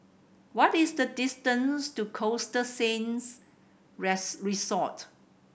what is the distance to Costa Sands Resort